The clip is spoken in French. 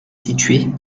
située